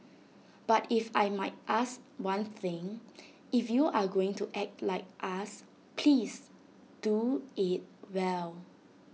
but if I might ask one thing if you are going to act like us please do IT well